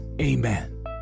Amen